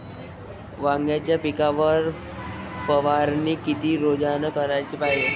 वांग्याच्या पिकावर फवारनी किती रोजानं कराच पायजे?